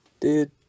Dude